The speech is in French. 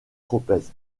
tropez